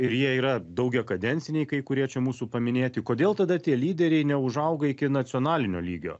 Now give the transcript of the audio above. ir jie yra daugiakadenciniai kai kurie čia mūsų paminėti kodėl tada tie lyderiai neužauga iki nacionalinio lygio